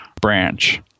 branch